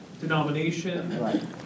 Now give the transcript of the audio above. denomination